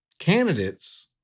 candidates